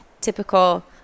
typical